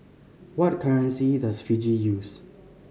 what currency does Fiji use